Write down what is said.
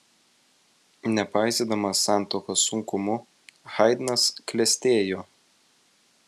nepaisydamas santuokos sunkumų haidnas klestėjo